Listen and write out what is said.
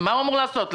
מה הוא אמור לעשות?